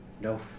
No